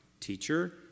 Teacher